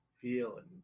feeling